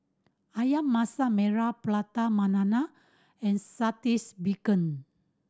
Ayam Masak Merah Prata Banana and Saltish Beancurd